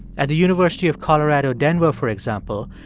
at the university of colorado denver, for example,